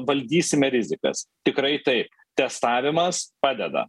valdysime rizikas tikrai taip testavimas padeda